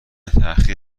تحقق